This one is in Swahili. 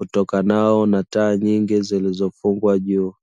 utokanao na taa nyingi zilizofungwa juu.